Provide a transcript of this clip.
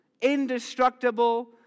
indestructible